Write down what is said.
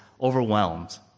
overwhelmed